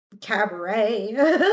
Cabaret